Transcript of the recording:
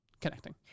connecting